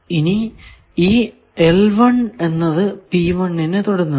ഇനി ഈ എന്നത് ഈ നെ തൊടുന്നുണ്ടോ